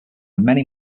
many